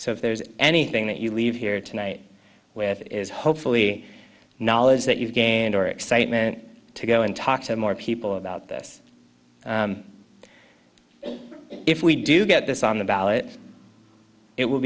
so if there's anything that you leave here tonight with is hopefully knowledge that you've gained or excitement to go and talk to more people about this if we do get this on the ballot it will